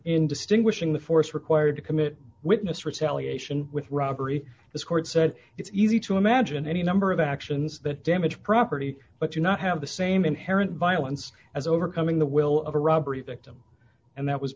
in distinguishing the force required to commit witnessed retaliation with robbery this court said it's easy to imagine any number of actions that damage property but do not have the same inherent violence as overcoming the will of a robbery victim and that was